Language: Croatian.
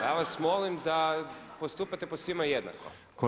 Ja vas molim da postupate po svima jednako.